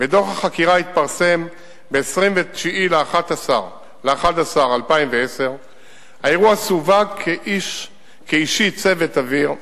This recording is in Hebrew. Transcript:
ודוח החקירה התפרסם ב-29 בנובמבר 2010. האירוע סווג כ"אישי צוות אוויר",